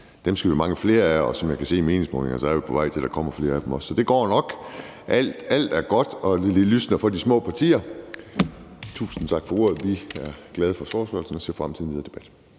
Dem skal vi have mange flere af, og som jeg kan se i meningsmålingerne, er vi på vej til, at der kommer flere af dem. Så det går nok. Alt er godt, og det lysner for de små partier. Tusind tak for ordet. Vi er glade for forespørgslen og ser frem til den videre debat.